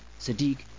Sadiq